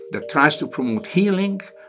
that tries to promote healing,